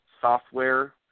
software